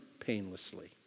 painlessly